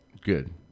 Good